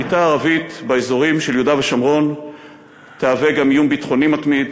שליטה ערבית באזורים של יהודה ושומרון תהווה גם איום ביטחוני מתמיד.